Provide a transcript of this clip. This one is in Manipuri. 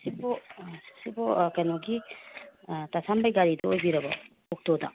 ꯁꯤꯕꯨ ꯁꯤꯕꯨ ꯀꯩꯅꯣꯒꯤ ꯇꯥ ꯁꯥꯝꯕꯩ ꯒꯥꯔꯤꯗꯨ ꯑꯣꯏꯕꯤꯔꯕꯣ ꯑꯣꯛꯇꯣꯗ